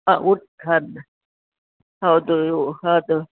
ಹಾಂ ಊಟದ್ದು ಹೌದು ಹೌದು